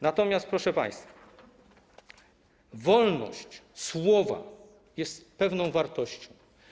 Natomiast, proszę państwa, wolność słowa jest pewną wartością.